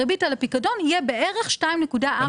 הריבית על הפיקדון תהיה בערך 2.4 --- אני